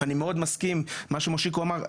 אני מאוד מסכים עם מה שמושיקו אמר,